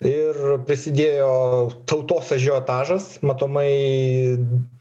ir prisidėjo tautos ažiotažas matomai